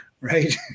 right